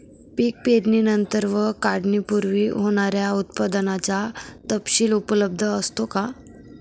पीक पेरणीनंतर व काढणीपूर्वी होणाऱ्या उत्पादनाचा तपशील उपलब्ध असतो का?